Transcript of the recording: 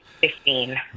Fifteen